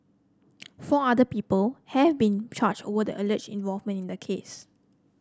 four other people have been charged over the alleged involvement in the case